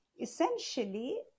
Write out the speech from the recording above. essentially